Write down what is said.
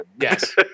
Yes